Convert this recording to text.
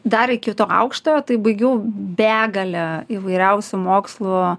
dar iki to aukštojo tai baigiau begalę įvairiausių mokslų